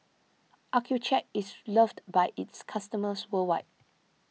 Accucheck is loved by its customers worldwide